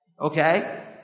Okay